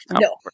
No